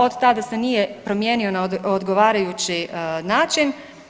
Od tada se nije promijenio na odgovarajući način.